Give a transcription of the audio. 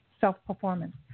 self-performance